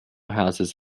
houses